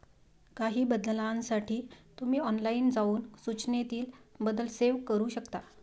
काही बदलांसाठी तुम्ही ऑनलाइन जाऊन सूचनेतील बदल सेव्ह करू शकता